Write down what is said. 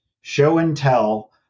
show-and-tell